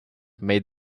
made